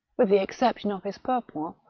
with the exception of his purpoint,